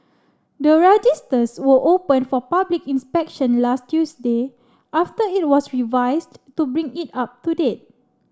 the registers were opened for public inspection last Tuesday after it was revised to bring it up to date